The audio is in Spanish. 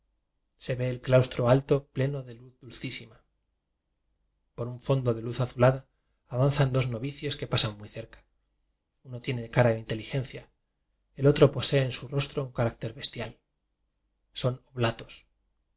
se ve el claustro alto pleno de luz dulcísima por un fondo de luz azulada avanzan dos novicios que pasan muy cerca uno tiene cara de inteligencia el otro posee en su rostro un carácter bestial son